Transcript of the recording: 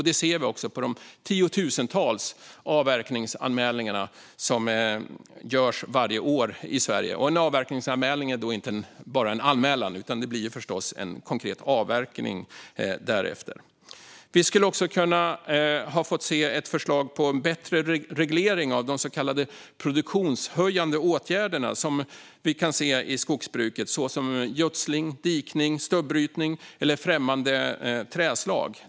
Det ser vi också på de tiotusentals avverkningsanmälningar som görs varje år i Sverige. En avverkningsanmälan innebär då inte bara en anmälan, utan det blir förstås en konkret avverkning därefter. Vi skulle också ha kunnat få förslag om en bättre reglering av de så kallade produktionshöjande åtgärder som vi kan se i skogsbruket, såsom gödsling, dikning, stubbrytning eller främmande trädslag.